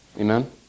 Amen